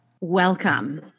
Welcome